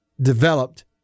developed